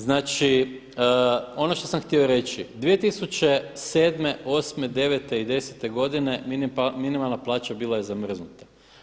Znači ono što sam htio reći 2007., '08., '09. i '10.-te godine minimalna plaća bila je zamrznuta.